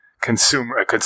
consumer